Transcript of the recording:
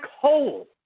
hole